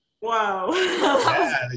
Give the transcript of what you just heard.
Wow